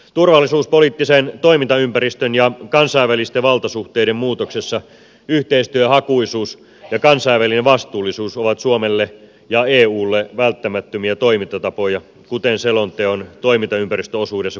turvallisuuspoliittisen toimintaympäristön ja kansainvälisten valtasuhteiden muutoksessa yhteistyöhakuisuus ja kansainvälinen vastuullisuus ovat suomelle ja eulle välttämättömiä toimintatapoja kuten selonteon toimintaympäristöosuudessa kuvataan ja perustellaan